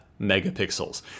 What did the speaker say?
megapixels